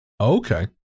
Okay